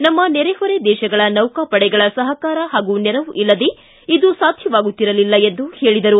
ನಮ್ನ ನೆರೆಹೊರೆ ದೇಶಗಳ ನೌಕಾಪಡೆಗಳ ಸಹಕಾರ ಹಾಗೂ ನೆರವು ಇಲ್ಲದೇ ಇದು ಸಾಧ್ಯವಾಗುತ್ತಿರಲಿಲ್ಲ ಎಂದು ಹೇಳಿದರು